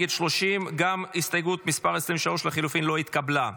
נגד 30. הסתייגות 24 לסעיף 15 לא התקבלה.